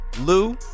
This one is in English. lou